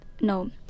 no